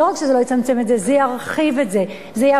זה ירחיב את זה,